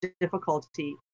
difficulty